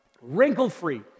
wrinkle-free